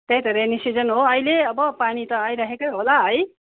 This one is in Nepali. त्यही त रेनी सिजन हो अहिले अब पानी त आइरहेकै होला है